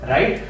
Right